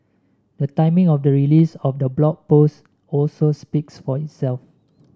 the timing of the release of the Blog Post also speaks for itself